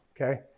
Okay